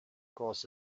caused